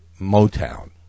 Motown